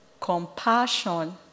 compassion